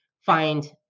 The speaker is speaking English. find